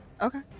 Okay